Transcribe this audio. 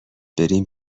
بریم